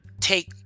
take